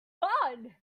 fun